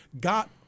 got